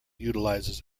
utilizes